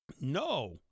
No